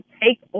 take